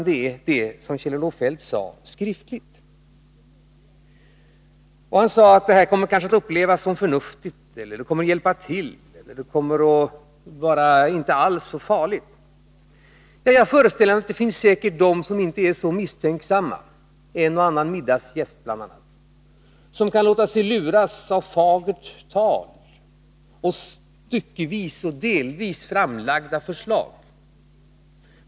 Kjell-Olof Feldt sade att detta förslag kanske kommer att upplevas som förnuftigt, kommer att hjälpa till, inte alls kommer att vara så farligt. Jag föreställer mig att det säkert finns de som inte är så misstänksamma — bl.a. en och annan middagsgäst — som kan låta sig luras av fagert tal och styckevis och delvis framlagda förslag.